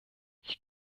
ich